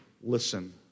listen